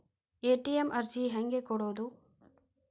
ATM ಅರ್ಜಿ ಹೆಂಗೆ ಕೊಡುವುದು?